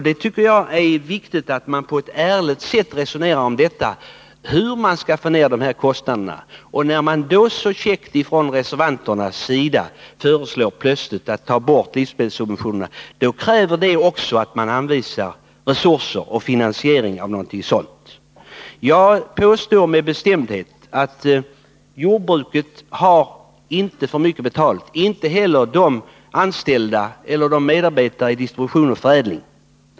Det är viktigt att man på ett ärligt sätt resonerar om hur man skall få ner dessa kostnader. När reservanterna då så käckt föreslår att vi inte skall pruta på livsmedelssubventionerna, kräver det att de också anvisar hur livsmedelssubventionerna skall finansieras. Jag påstår med bestämdhet att jordbruket inte har för mycket betalt, inte heller de anställda eller medarbetarna i distribution och förädling.